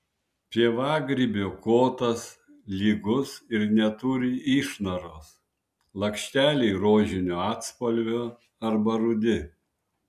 pievagrybio kotas lygus ir neturi išnaros lakšteliai rožinio atspalvio arba rudi